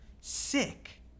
Sick